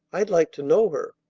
i'd like to know her.